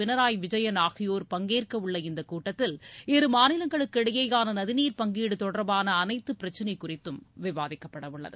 பினராயி விஜயன் ஆகியோர் பங்கேற்கவுள்ள இந்தக் கூட்டத்தில் இரு மாநிலங்களுக்கு இடையேயான நதிநீர் பங்கீடு தொடர்பான அனைத்து பிரச்சினை குறித்தும் விவாதிக்கப்படவுள்ளது